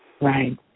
Right